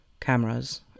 Cameras